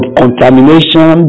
contamination